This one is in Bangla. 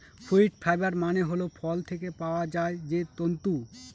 ফ্রুইট ফাইবার মানে হল ফল থেকে পাওয়া যায় যে তন্তু